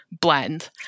blend